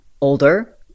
older